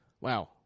Wow